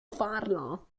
farlo